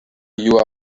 you